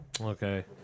Okay